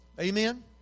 Amen